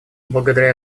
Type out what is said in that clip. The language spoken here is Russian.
благодаря